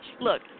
look